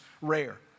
rare